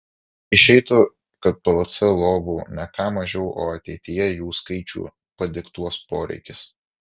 išeitų kad plc lovų ne ką mažiau o ateityje jų skaičių padiktuos poreikis